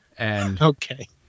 Okay